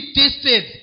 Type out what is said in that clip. tasted